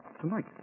tonight